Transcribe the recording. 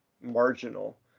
marginal